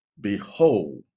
Behold